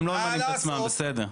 הם לא ממנים את עצמם, בסדר.